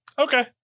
okay